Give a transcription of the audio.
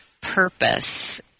purpose